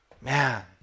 Man